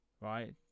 right